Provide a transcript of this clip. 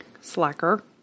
Slacker